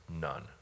none